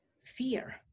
fear